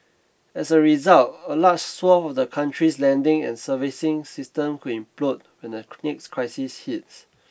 as a result a large swathe of the country's lending and servicing system could implode when the next crisis hits